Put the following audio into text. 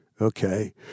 Okay